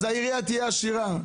אז העירייה תהיה עשירה.